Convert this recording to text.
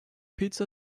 pizza